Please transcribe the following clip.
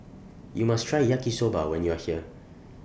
YOU must Try Yaki Soba when YOU Are here